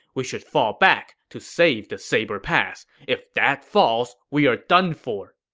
we should fall back to save the saber pass. if that falls, we are done for.